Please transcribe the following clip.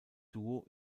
duo